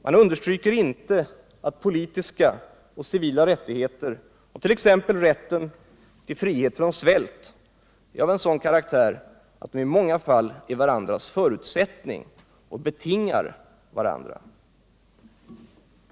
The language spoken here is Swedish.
Man understryker inte att politiska och civila rättigheter och t.ex. rätten till frihet från svält är av en sådan karaktär att de i många fall är varandras förutsättning och betingar varandra.